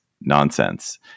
nonsense